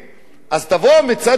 אז תבוא מצד אחד ותגיד,